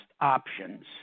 options